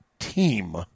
team